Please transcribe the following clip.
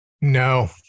No